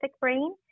brain